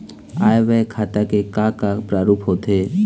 आय व्यय खाता के का का प्रारूप होथे?